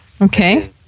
Okay